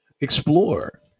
explore